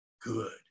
good